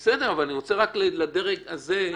בסדר, אני רוצה רק לדרג הזה.